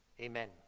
Amen